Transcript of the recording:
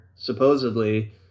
Supposedly